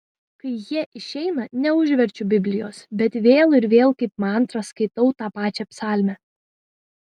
kai jie išeina neužverčiu biblijos bet vėl ir vėl kaip mantrą skaitau tą pačią psalmę